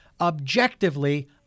Objectively